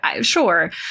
sure